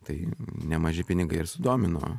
tai nemaži pinigai ir sudomino